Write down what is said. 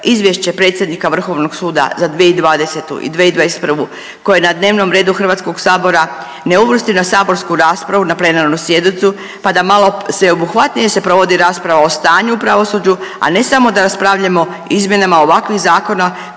izvješće predsjednika Vrhovnog suda za 2020. i 2021. koje je na dnevnom redu Hrvatskog sabora ne uvrsti na saborsku raspravu na plenarnu sjednicu pa da malo sveobuhvatnije se provodi rasprava o stanju o pravosuđu, a ne samo da raspravljamo o izmjenama ovakvih zakona